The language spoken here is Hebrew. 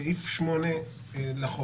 סעיף 8 לחוק